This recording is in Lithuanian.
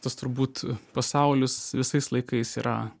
tas turbūt pasaulis visais laikais yra